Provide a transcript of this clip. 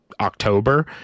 October